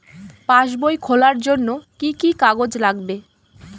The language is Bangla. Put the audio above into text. পাসবই খোলার জন্য কি কি কাগজ লাগবে?